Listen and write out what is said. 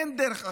אין דרך אחרת.